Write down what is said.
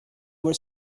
were